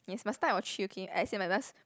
yes must 带我去 okay I say must must